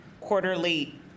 quarterly